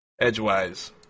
edgewise